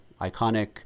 iconic